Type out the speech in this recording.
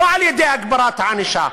לא על-ידי הגברת הענישה.